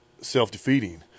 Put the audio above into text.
self-defeating